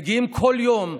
מגיעים כל יום,